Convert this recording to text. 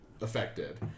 affected